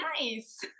nice